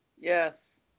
Yes